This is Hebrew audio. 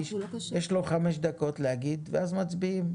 יש לו חמש דקות להגיד ואז מצביעים.